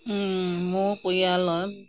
মোৰ পৰিয়ালত